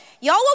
y'all